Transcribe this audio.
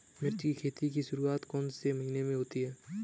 मिर्च की खेती की शुरूआत कौन से महीने में होती है?